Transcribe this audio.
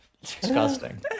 Disgusting